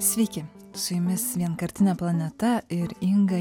sveiki su jumis vienkartinė planeta ir inga